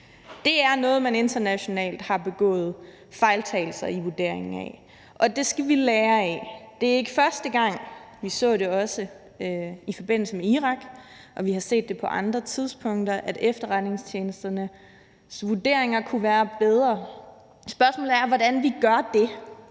Det er noget, som man internationalt har begået fejltagelser i vurderingen af. Og det skal vi lære af. Det er ikke første gang. Vi så det også i forbindelse med Irak, og vi har set det på andre tidspunkter, altså at efterretningstjenesternes vurderinger kunne være bedre. Spørgsmålet er, hvordan vi sørger